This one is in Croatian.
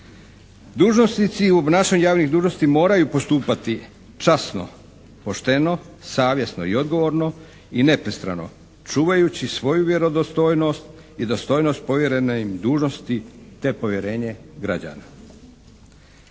Dužnosnici u obnašanju javnih dužnosti moraju postupati časno, pošteno, savjesno i odgovorno i nepristrano čuvajući svoju vjerodostojnost i dostojnost povjerene im dužnosti te povjerenje građana.